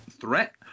threat